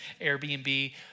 Airbnb